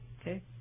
Okay